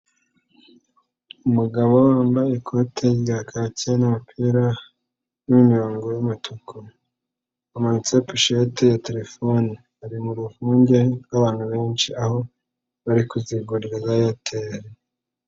Umugabo wambaye ikoti rya kaki n'umupira w'imirongo y'umutuku, amanitse poshete ya terefone, ari mu rwunge rw'abantu benshi, aho bari kuziguririra za Eyateri.